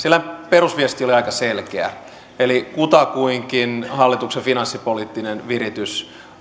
siellä perusviesti oli aika selkeä eli kutakuinkin hallituksen finanssipoliittinen viritys